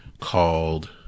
called